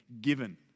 given